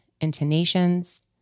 intonations